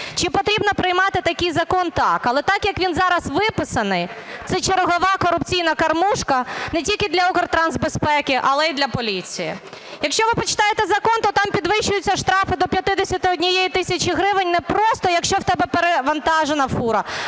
Чи потрібно приймати такий закон? Так. Але так, як він зараз виписаний, це чергова корупційна кормушка не тільки для Укртрансбезпеки, але й для поліції. Якщо ви почитаєте закон, то там підвищуються штрафи до 51 тисячі гривень не просто, якщо в тебе перевантажена фура,